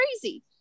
crazy